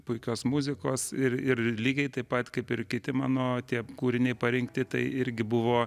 puikios muzikos ir ir lygiai taip pat kaip ir kiti mano tie kūriniai parinkti tai irgi buvo